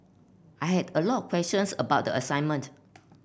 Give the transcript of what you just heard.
I had a lot questions about the assignment